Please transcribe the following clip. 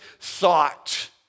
thought